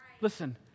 Listen